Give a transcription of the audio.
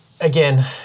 again